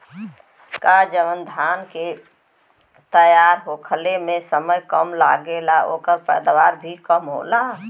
का जवन धान के तैयार होखे में समय कम लागेला ओकर पैदवार भी कम होला?